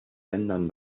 ländern